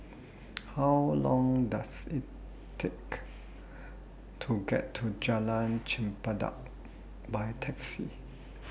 How Long Does IT Take to get to Jalan Chempedak By Taxi